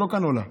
לא קנולה.